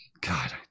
God